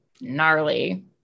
gnarly